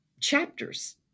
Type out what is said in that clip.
chapters